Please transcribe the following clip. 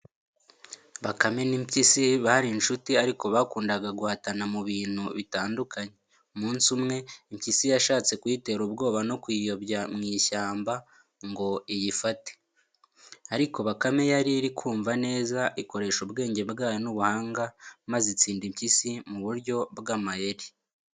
Bakame n’impyisi bari inshuti ariko bakundaga guhatana mu bintu bitandukanye. Umunsi umwe, Impyisi yashatse kuyitera ubwoba no kuyiyobya mu ishyamba ngo iyifate. Ariko Bakame yari iri kumva neza, ikoresha ubwenge bwayo n’ubuhanga, maze itsinda Impyisi mu buryo bw’amayeri.